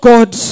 God